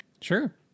Sure